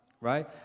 right